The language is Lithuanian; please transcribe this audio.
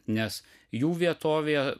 nes jų vietovėje